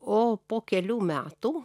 o po kelių metų